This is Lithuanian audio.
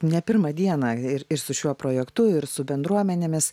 ne pirmą dieną ir ir su šiuo projektu ir su bendruomenėmis